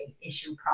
issue